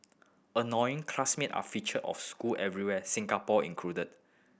annoying classmate are feature of school everywhere Singapore included